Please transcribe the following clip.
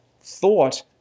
thought